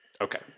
Okay